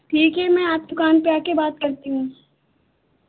ठीक है मैं आपके दुकान पे आके बात करती हूँ